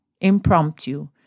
impromptu